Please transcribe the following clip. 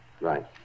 Right